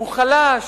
הוא חלש.